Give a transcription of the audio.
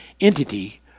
entity